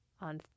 on